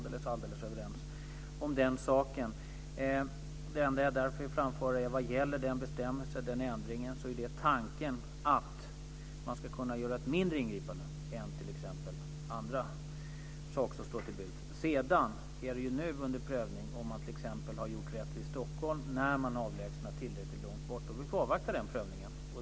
Det enda som jag därför vill framföra vad gäller ändringen av bestämmelsen är att tanken är att man ska kunna göra ett mindre ingripande än andra saker som står till buds. Det är nu under prövning om man t.ex. gjorde rätt i Stockholm när man avlägsnade demonstranter långt bort. Vi får avvakta den prövningen.